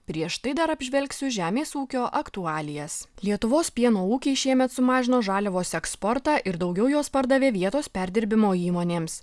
prieš tai dar apžvelgsiu žemės ūkio aktualijas lietuvos pieno ūkiai šiemet sumažino žaliavos eksportą ir daugiau jos pardavė vietos perdirbimo įmonėms